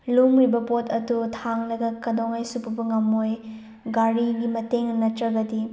ꯂꯨꯝꯂꯤꯕ ꯄꯣꯠ ꯑꯗꯣ ꯊꯥꯡꯂꯒ ꯀꯩꯗꯧꯉꯩꯗꯁꯨ ꯄꯨꯕ ꯉꯝꯃꯣꯏ ꯒꯥꯔꯤꯒꯤ ꯃꯇꯦꯡꯅ ꯅꯠꯇ꯭ꯔꯒꯗꯤ